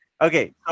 Okay